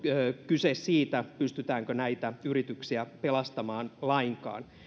kyse siitä pystytäänkö näitä yrityksiä pelastamaan lainkaan